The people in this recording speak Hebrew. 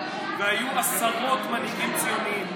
והיו עשרות מנהיגים ציונים,